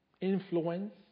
influence